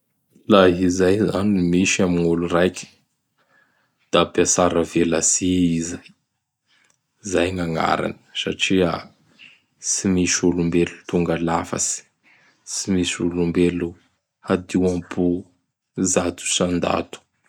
Laha izay zany ny misy amin'olo raiky; da mpiatsara velatsihy i zay. Izay gn'agnarany satria tsy misy olombelo tonga lafatsy. Tsy mosy olombelo hadio am-po zato isan-dato.